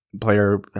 player